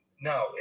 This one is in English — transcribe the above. no